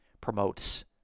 promotes